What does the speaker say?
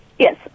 Yes